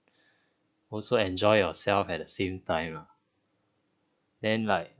also enjoy yourself at the same time ah then like